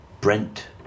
Brent